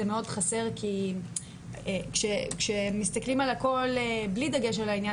כי כשמסתכלים על הכל בלי דגש על העניין